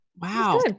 Wow